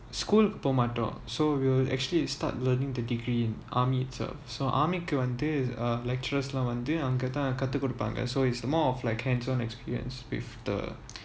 school கு போக மாட்டோம்:ku poka maatom so we'll actually start learning the degree in army itself so army கு வந்து:ku vanthu lecturers வந்து:vanthu so is more of like hands on experience with the